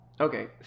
Okay